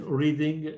reading